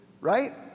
right